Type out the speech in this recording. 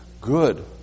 good